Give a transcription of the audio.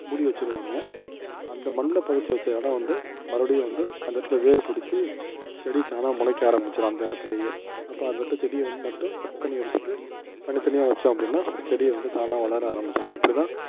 மூடி வெச்சிடுவாங்க அந்த மண்ணில் பொதைச்சி வெச்ச இடம் வந்து மறுபடியும் வந்து அந்த இடத்துல வேர் பிடிச்சி செடி தானாக முளைக்க ஆரம்பிச்சுடும் அந்த இடத்துலயே அப்போ அந்த இடத்துல செடியை மட்டும் கட் பண்ணி எடுத்துவிட்டு தனித்தனியாக வெச்சோம் அப்படின்னா செடி வந்து தானாக வளர ஆரம்பிச்சுடும் இப்படிதான்